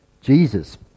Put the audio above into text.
Jesus